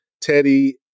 Teddy